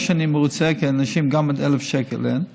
לא שאני מרוצה, כי לאנשים גם 1,000 שקל אין,